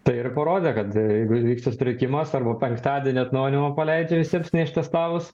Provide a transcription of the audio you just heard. tai ir parodė kad jeigu įvyksta sutrikimas arba penktadienį atnaujinimą paleidžia visiems neištestavus